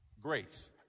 Grace